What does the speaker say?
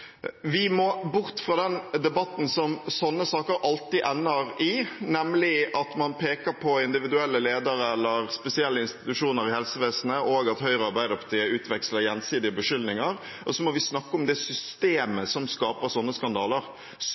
Vi må bort fra den debatten som sånne saker alltid ender i, nemlig at man peker på individuelle ledere eller spesielle institusjoner i helsevesenet, og at Høyre og Arbeiderpartiet utveksler gjensidige beskyldninger. Og så må vi snakke om det systemet som skaper sånne skandaler.